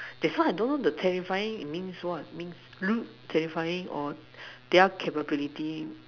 that's why I don't know the terrifying it means what means look terrifying or their capability